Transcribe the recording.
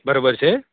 બરાબર છે